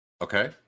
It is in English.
Okay